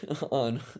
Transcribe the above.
on